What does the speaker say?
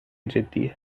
جدیه